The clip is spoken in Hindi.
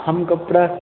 हम कपड़ा